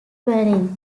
valley